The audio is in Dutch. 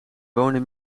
wonen